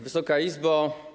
Wysoka Izbo!